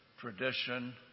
tradition